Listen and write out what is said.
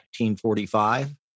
1945